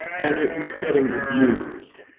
and it was getting abused.